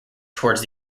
towards